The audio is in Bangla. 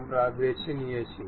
আমরা এটা ঠিক করে দেব